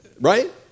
right